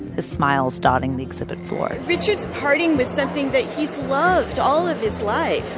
his smiles dotting the exhibit floor richard's parting with something that he's loved all of his life,